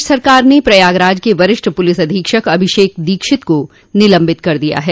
प्रदेश सरकार ने प्रयागराज के वरिष्ठ प्रलिस अधीक्षक अभिषेक दीक्षित को निलम्बित कर दिया है